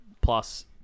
plus